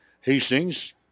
Hastings